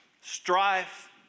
strife